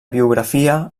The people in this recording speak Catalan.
biografia